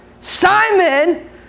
Simon